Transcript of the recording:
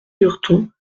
lurton